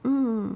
mm